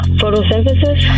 Photosynthesis